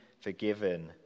forgiven